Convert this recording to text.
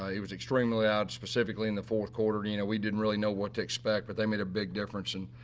ah it was extremely loud specifically in the fourth quarter, you know, we didn't really know what to expect, but they made a big difference. and,